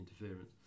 interference